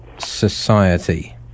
society